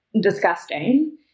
disgusting